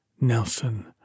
Nelson